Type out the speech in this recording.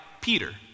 Peter